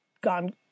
gone